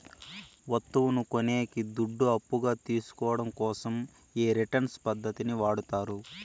వత్తువును కొనేకి దుడ్లు అప్పుగా తీసుకోవడం కోసం ఈ రిటర్న్స్ పద్ధతిని వాడతారు